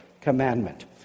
commandment